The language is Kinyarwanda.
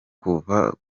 kuva